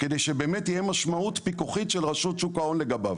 כדי שבאמת תהיה משמעות פיקוחית של רשות שוק ההון לגביו.